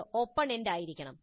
ഇത് open end ആയിരിക്കണം